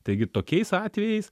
taigi tokiais atvejais